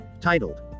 titled